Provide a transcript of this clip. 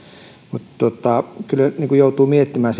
mutta kyllä joutuu miettimään